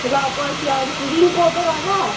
ल पर्खी आउँदैछु रिङ कोर्दै गर ल